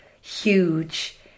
huge